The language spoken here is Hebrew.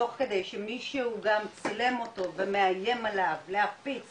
תוך כדי שמישהו גם צילם אותו ומאיים עליו להפיץ